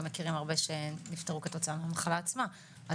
אנחנו מכירים הרבה שנפטרו כתוצאה מהמחלה עצמה.